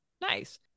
nice